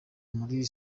muri